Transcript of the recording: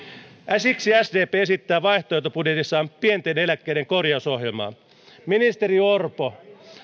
väärin siksi sdp esittää vaihtoehtobudjetissaan pienten eläkkeiden korjausohjelmaa ministeri orpo